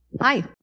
Hi